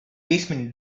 baseman